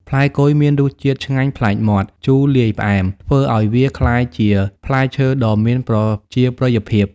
ផ្លែគុយមានរសជាតិឆ្ងាញ់ប្លែកមាត់ ជូរលាយផ្អែម ធ្វើឱ្យវាក្លាយជាផ្លែឈើដ៏មានប្រជាប្រិយភាព។